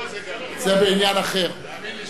לא, זה גם בעניין הזה, תאמין לי שאני יודע.